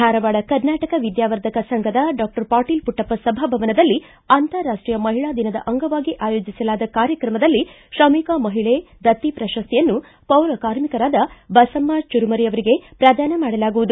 ಧಾರವಾಡ ಕರ್ನಾಟಕ ವಿದ್ಯಾವರ್ಧಕ ಸಂಘದ ಡಾಕ್ವರ್ ಪಾಟೀಲ್ ಪುಟ್ಟಪ್ಪ ಸಭಾಭವನದಲ್ಲಿ ಅಂತಾರಾಷ್ಷೀಯ ಮಹಿಳಾ ದಿನದ ಅಂಗವಾಗಿ ಆಯೋಜಿಸಲಾದ ಕಾರ್ಯಕ್ರಮದಲ್ಲಿ ಶ್ರಮಿಕ ಮಹಿಳೆ ದತ್ತಿ ಪ್ರಶಸ್ತಿಯನ್ನು ಪೌರ್ ಕಾರ್ಮಿಕರಾದ ಬಸಮ್ನ ಚುರಮರಿ ಅವರಿಗೆ ಪ್ರದಾನ ಮಾಡಲಾಗುವುದು